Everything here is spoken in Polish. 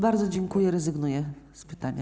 Bardzo dziękuję, rezygnuję z pytania.